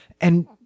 And-